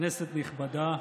כנסת נכבדה,